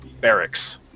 barracks